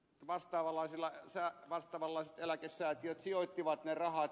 amerikassa ne vastaavanlaiset eläkesäätiöt sijoittivat ne rahat